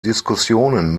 diskussionen